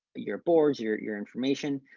your boards, your, your information.